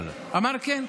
אמר: כן.